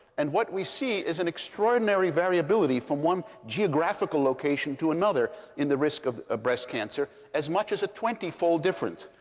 and what we see is an extraordinary variability from one geographical location to another in the risk of ah breast cancer as much as a twenty fold difference.